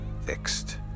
fixed